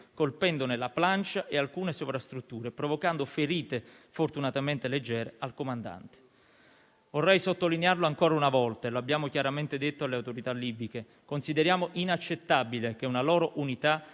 colpendone la plancia e alcune sovrastrutture e provocando ferite, fortunatamente leggere, al comandante. Vorrei sottolinearlo ancora una volta, e lo abbiamo chiaramente detto alle autorità libiche: consideriamo inaccettabile che una loro unità